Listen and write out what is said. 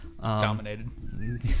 Dominated